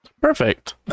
Perfect